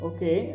Okay